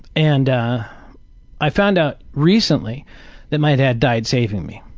and i found out recently that my dad died saving me.